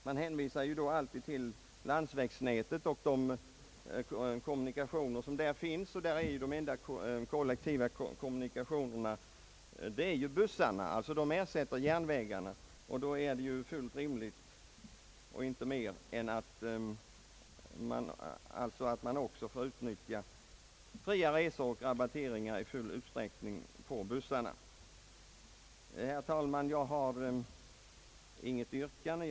Man hänvisar därvid alltid till kommunikationerna inom landsvägsnätet, där bussarna, som ersätter tågen, ju utgör de enda kollektiva transportmedlen. Under sådana förhållanden är det inte mer än rimligt att dessa kategorier av människor i full utsträckning får utnyttja fria resor och rabatteringar också på bussarna. Jag har, herr talman, inget yrkande.